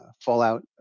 fallout